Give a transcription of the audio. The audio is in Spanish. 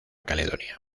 caledonia